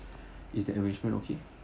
is that arrangement okay